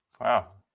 wow